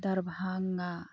Darbhanga